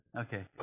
Okay